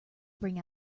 bring